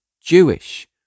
Jewish